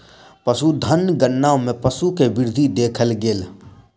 पशुधन गणना मे पशु के वृद्धि देखल गेल